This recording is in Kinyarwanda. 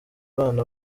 abana